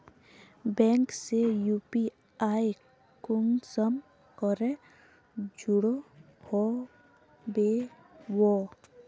Bank से UPI कुंसम करे जुड़ो होबे बो?